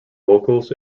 locals